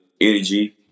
energy